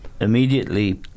immediately